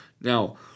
Now